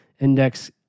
index